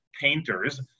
painters